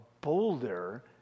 bolder